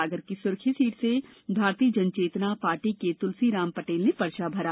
सागर की सुरखी सीट से भारतीय जन चेतना पार्टी के तुलसी राम पटेल ने पर्चा भरा